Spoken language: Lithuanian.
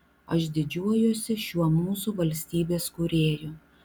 aš didžiuojuosi šiuo mūsų valstybės kūrėju